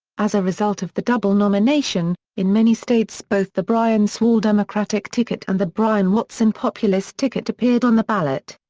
as a result of the double nomination, in many states both the bryan-sewall democratic ticket and the bryan-watson populist ticket appeared on the ballot.